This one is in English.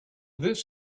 this